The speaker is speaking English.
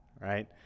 right